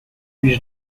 puis